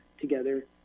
together